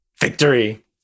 Victory